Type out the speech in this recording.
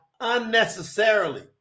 unnecessarily